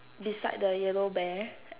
beside the yellow bear